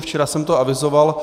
Včera jsem to avizoval.